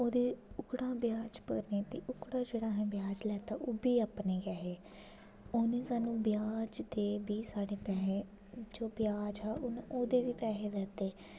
ओह्दे ओह्कड़ा भरने दे ओह्कड़ा जेह्ड़ा असें ब्याज लैता ओह् बी अपने गै हे उ'नें स्हान्नूं ब्याज दे बी साढ़े पैसे जो ब्याज हा उ'नें ओह्दे बी पैसे लैते